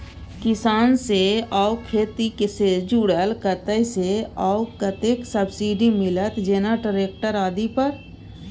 किसान से आ खेती से जुरल कतय से आ कतेक सबसिडी मिलत, जेना ट्रैक्टर आदि पर?